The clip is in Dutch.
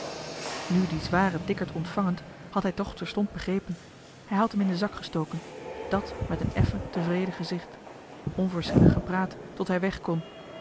nu dien zwaren dikkert ontvangend had hij toch terstond begrepen hij had hem in den zak gestoken dàt met een effen tevreden gezicht onverschillig gepraat tot hij weg